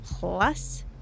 Plus